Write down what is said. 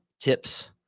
tips